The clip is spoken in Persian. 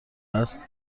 است